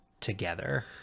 together